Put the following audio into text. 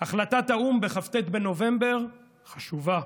החלטת האו"ם בכ"ט בנובמבר חשובה.